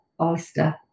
oyster